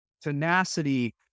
tenacity